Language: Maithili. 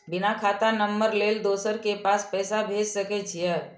बिना खाता नंबर लेल दोसर के पास पैसा भेज सके छीए?